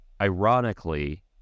ironically